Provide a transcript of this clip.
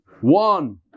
One